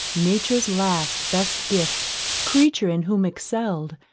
nature's last, best gift creature in whom excell'd,